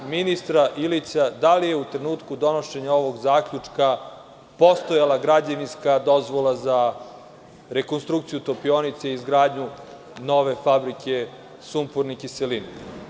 Pitam ministra Ilića da li je u trenutku donošenja ovog zaključka postojala građevinska dozvola za rekonstrukciju topionice i izgradnju nove fabrike sumporne kiseline?